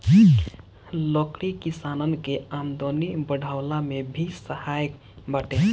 लकड़ी किसानन के आमदनी बढ़वला में भी सहायक बाटे